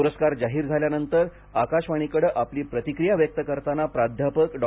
प्रस्कार जाहीर झाल्यानंतर आकाशवाणीकडे आपली प्रतिक्रिया व्यक्त करताना प्राध्यापक डॉ